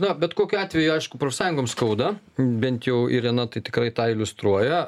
na bet kokiu atveju aišku profsąjungoms skauda bent jau irena tai tikrai tą iliustruoja